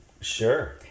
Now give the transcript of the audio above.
Sure